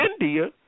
India